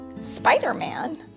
Spider-Man